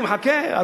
אני מחכה.